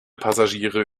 passagiere